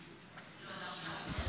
הנושא לוועדת החינוך,